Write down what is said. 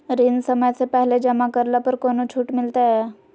ऋण समय से पहले जमा करला पर कौनो छुट मिलतैय?